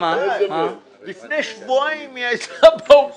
לכן הציבור נתן לכם 11 מנדטים,